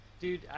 dude